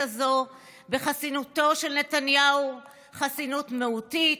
הזאת בחסינותו של נתניהו: חסינות מהותית,